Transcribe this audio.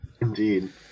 Indeed